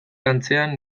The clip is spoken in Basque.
antzean